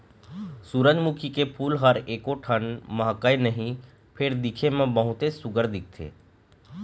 सूरजमुखी के फूल ह एकोकन महकय नहि फेर दिखे म बहुतेच सुग्घर दिखथे